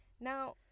Now